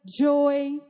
joy